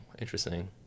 interesting